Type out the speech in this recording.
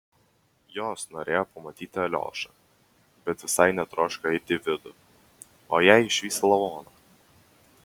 jos norėjo pamatyti aliošą bet visai netroško eiti į vidų o jei išvys lavoną